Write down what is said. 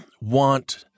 want